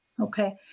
Okay